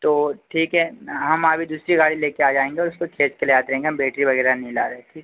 तो ठीक है ना हम अभी दूसरी गाड़ी लेकर आ जाएँगे और उसको चेक के लिए आ जाएंगे हम बैट्री वग़ैरह नइ ला रहें ठीक है